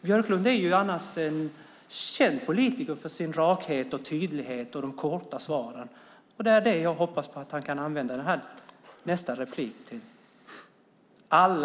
Björklund är ju annars en politiker som är känd för sin rakhet och tydlighet och sina korta svar. Det är det jag hoppas att han kan använda sitt nästa inlägg till - alla!